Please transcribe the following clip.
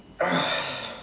uh